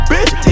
Bitch